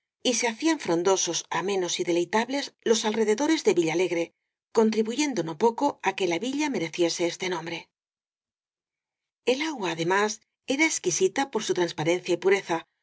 y se hacían frondosos amenos y deleitables los alrededores de villalegre contribuyendo no poco á que la villa mereciese este nombre el agua además era exqui sita por su transparencia y pureza